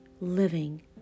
living